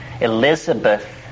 Elizabeth